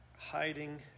Hiding